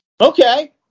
Okay